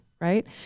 right